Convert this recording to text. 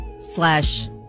slash